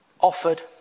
offered